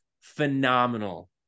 phenomenal